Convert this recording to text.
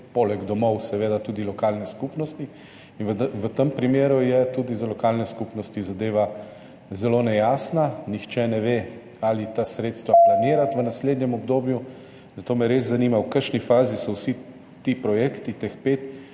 poleg domov seveda tudi lokalne skupnosti. V tem primeru je tudi za lokalne skupnosti zadeva zelo nejasna. Nihče ne ve, ali ta sredstva planirati v naslednjem obdobju. Zato me res zanima, v kakšni fazi so vsi ti projekti, teh pet,